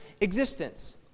existence